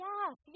Yes